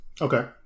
Okay